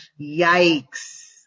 Yikes